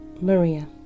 Maria